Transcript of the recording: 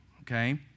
okay